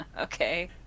Okay